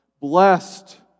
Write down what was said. blessed